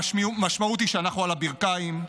המשמעות היא שאנחנו על הברכיים,